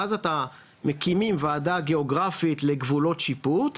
ואז מקימים ועדה גיאוגרפית לגבולות שיפוט,